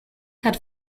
had